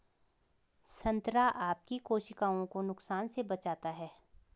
संतरा आपकी कोशिकाओं को नुकसान से बचाता है